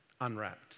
unwrapped